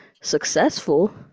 successful